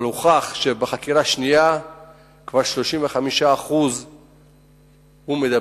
אבל הוכח שבחקירה שנייה כבר 35% מדברים.